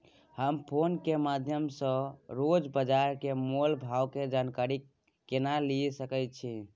हम फोन के माध्यम सो रोज बाजार के मोल भाव के जानकारी केना लिए सके छी?